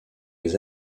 les